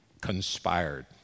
conspired